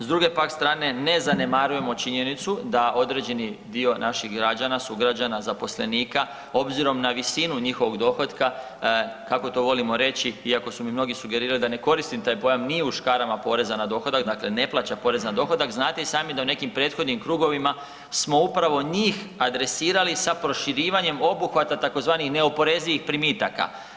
S druge pak strane, ne zanemarujemo činjenicu da određeni dio naših građana, sugrađana, zaposlenika, obzirom na visinu njihovog dohotka, kako to volimo reći, iako su mi mnogi sugerirali da ne koristim taj pojam, nije u škarama poreza na dohodak, dakle ne plaća porez na dohodak, znate i sami da u nekim prethodnim krugovima smo upravo njih adresirali sa proširivanjem obuhvata tzv. neoporezivih primitaka.